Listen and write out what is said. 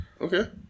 Okay